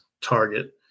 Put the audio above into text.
target